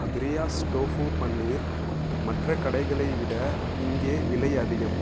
பிரியாஸ் tofu paneer மற்ற கடைகளை விட இங்கே விலை அதிகம்